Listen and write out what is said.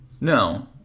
No